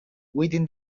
within